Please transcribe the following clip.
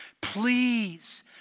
Please